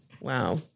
Wow